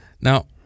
Now